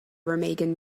remagen